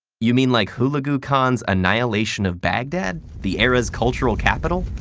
you mean like hulagu khan's annihilation of baghdad, the era's cultural capital?